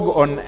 on